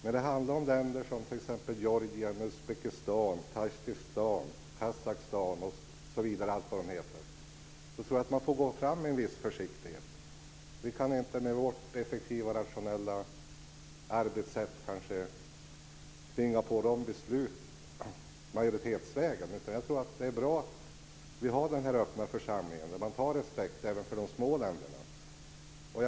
När det handlar om länder som t.ex. Georgien, Uzbekistan, Tadzjikistan, Kazakstan osv. tror jag att man får gå fram med viss försiktighet. Vi kan inte med vårt effektiva, rationella arbetssätt kanske tvinga på dem beslut majoritetsvägen, utan jag tror att det är bra att vi har den här öppna församlingen, där man har respekt även för de små länderna.